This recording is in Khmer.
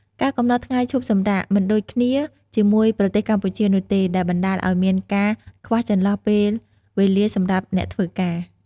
ការកំណត់ថ្ងៃឈប់សម្រាកមិនដូចគ្នាជាមួយប្រទេសកម្ពុជានោះទេ ដែលបណ្តាលឲ្យមានការខ្វះចន្លោះពេលវេលាសម្រាប់អ្នកធ្វើការ។